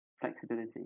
flexibility